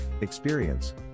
Experience